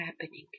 happening